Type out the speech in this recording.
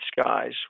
skies